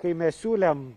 kai mes siūlėm